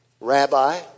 Rabbi